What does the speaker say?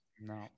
No